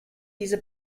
diese